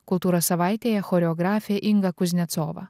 kultūros savaitėje choreografė inga kuznecova